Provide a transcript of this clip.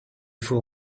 faut